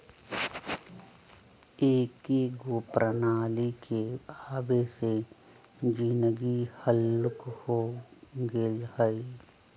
एकेगो प्रणाली के आबे से जीनगी हल्लुक हो गेल हइ